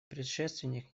предшественник